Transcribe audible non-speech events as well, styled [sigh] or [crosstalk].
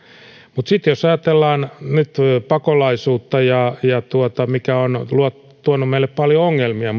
mutta sitten jos ajatellaan nyt pakolaisuutta mikä on tuonut meille paljon ongelmia [unintelligible]